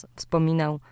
wspominał